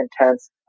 intense